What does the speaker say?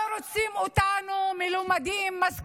לא רוצים אותנו מלומדים, משכילים,